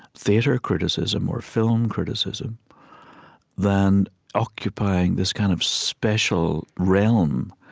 theater criticism or film criticism than occupying this kind of special realm,